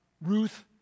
Ruth